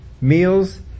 meals